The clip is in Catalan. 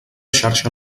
xarxa